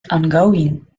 ongoing